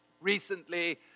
recently